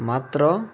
ମାତ୍ର